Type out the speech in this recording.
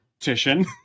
Titian